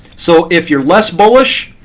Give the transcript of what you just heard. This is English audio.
so if you're less bullish,